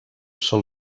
sol